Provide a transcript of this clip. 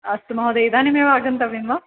अस्तु महोदया इदानीमेव आगन्तव्यं वा